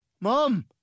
Mom